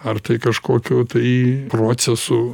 ar tai kažkokiu tai procesu